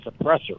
suppressor